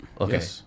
Okay